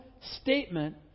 statement